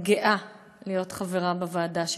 אני גאה להיות חברה בוועדה שלך,